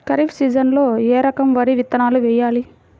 ఖరీఫ్ సీజన్లో ఏ రకం వరి విత్తనాలు వేయాలి?